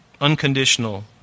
Unconditional